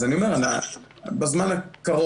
אז אני אומר: בזמן הקרוב.